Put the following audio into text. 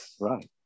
right